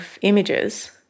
images